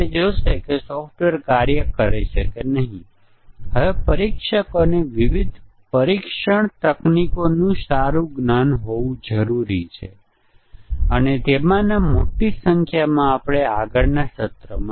તે આપણને એક સંકેત આપે છે કે ઈન્ટીગ્રેશન ટેસ્ટીંગ દ્વારા લક્ષ્યાંકિત પ્રકારની ભૂલો